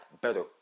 better